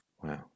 Wow